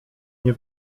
nie